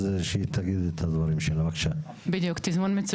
שיהיה לך ברור.